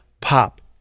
pop